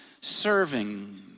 serving